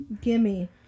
gimme